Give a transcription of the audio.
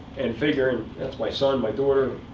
and figuring, that's my son, my daughter.